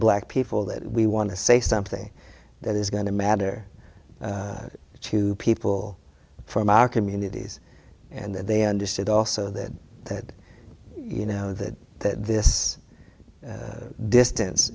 black people that we want to say something that is going to matter to people from our communities and that they understood also that that you know that this distance